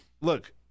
look